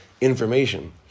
information